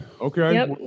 Okay